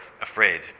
afraid